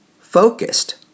focused